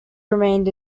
remained